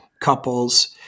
couples